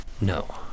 No